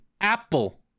Apple